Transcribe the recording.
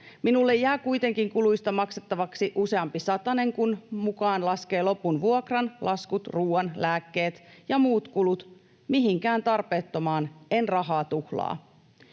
Minulle jää kuitenkin kuluista maksettavaksi useampi satanen, kun mukaan laskee lopun vuokran, laskut, ruuan, lääkkeet ja muut kulut. Mihinkään tarpeettomaan en rahaa tuhlaa.